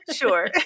sure